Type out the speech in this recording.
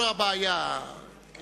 אני